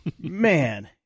Man